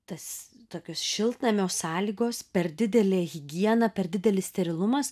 tas tokios šiltnamio sąlygos per didelė higiena per didelis sterilumas